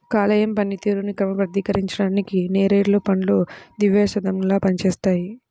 కాలేయం పనితీరుని క్రమబద్ధీకరించడానికి నేరేడు పండ్లు దివ్యౌషధంలా పనిచేస్తాయి